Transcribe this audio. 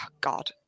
God